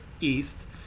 east